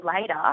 later